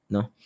No